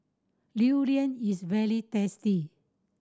durian is very tasty